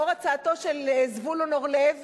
לאור הצעתו של זבולון אורלב,